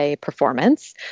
Performance